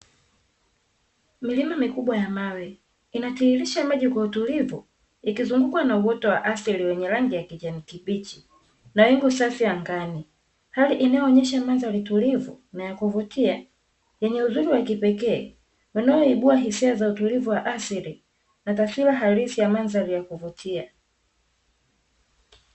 Milima mikubwa ya mawe inatiririsha maji kwa utulivu, ikizungukwa na uoto wa asili wenye rangi ya kijani kibichi na wingu safi angani, hali inayoonyesha mandhari tulivu na ya kuvutia, yenye uzuri wa kipekee, wanayoibua hisia za utulivu wa asili, na taswira halisi ya mandhari ya kuvutia.